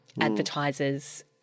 advertisers